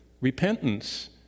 Repentance